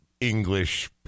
English